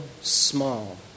small